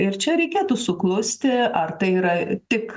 ir čia reikėtų suklusti ar tai yra tik